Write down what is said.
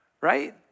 right